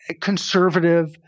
conservative